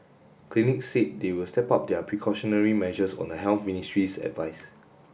clinics said they will step up their precautionary measures on the Health Ministry's advice